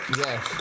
yes